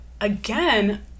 again